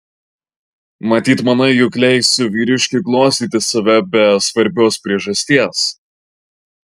matyt manai jog leisiu vyriškiui glostyti save be svarbios priežasties